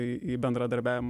į į bendradarbiavimą